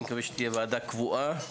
אני מקווה שתהיה ועדה קבועה.